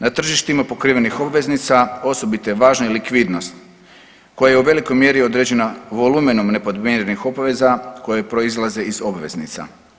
Na tržištima pokrivenih obveznica osobito je važna i likvidnost koja je u velikoj mjeri određena volumenom nepodmirenih obveza koje proizlaze iz obveznica.